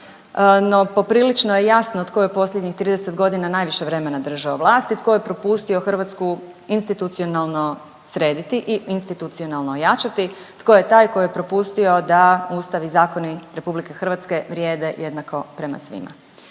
no poprilično je jasno tko je u posljednjih 30 godina najviše vremena držao vlast i tko je propustio Hrvatsku institucionalno srediti i institucionalno ojačati, tko je taj tko je propustio da Ustavi i zakoni Republike Hrvatske vrijede jednako prema svima.